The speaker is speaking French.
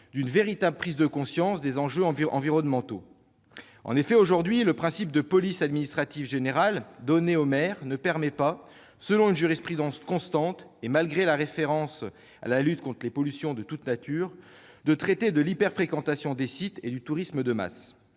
d'une véritable prise de conscience des enjeux environnementaux. Le principe de police administrative générale donnée au maire ne permet pas actuellement, selon une jurisprudence constante, et malgré la référence à la lutte contre les pollutions de toute nature, de traiter de l'hyper-fréquentation des sites et du tourisme de masse.